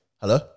Hello